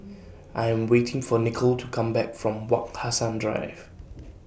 I Am waiting For Nicole to Come Back from Wak Hassan Drive